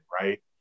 right